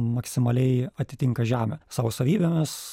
maksimaliai atitinka žemę savo savybėmis